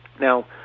Now